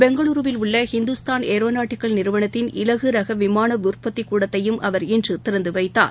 பெங்களூருவில் உள்ளஹிந்துஸ்தான் ஏரோநாட்டிக் நிறுவனத்தின் இலகுரகவிமானஉற்பத்திக் கூடத்தையும் அவர் இன்றுதிறந்துவைத்தார்